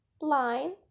line